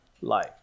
life